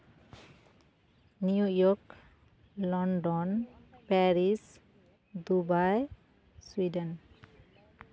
New York London Paris Dubai Sweden